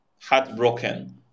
heartbroken